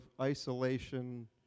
isolation